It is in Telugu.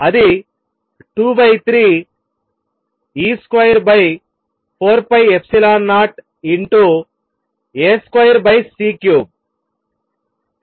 అది 2 3 e2 4 ε0 a2 C3